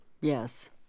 Yes